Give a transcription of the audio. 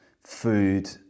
food